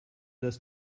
das